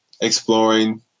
exploring